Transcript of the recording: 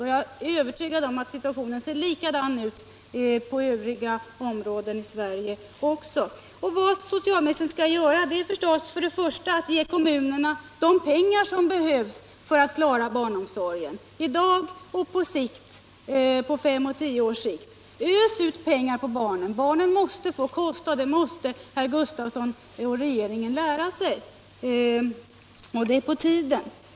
Och jag är övertygad om att situationen ser likadan ut inom övriga områden i Sverige också. Vad socialministern skall göra är förstås att för det första ge kommunerna de pengar som behövs för att klara barnomsorgen, i dag och på fem och tio års sikt. Ös ut pengar på barnen! Barn måste få kosta — det är på tiden att herr Gustavsson och regeringen lär sig det.